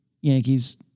Yankees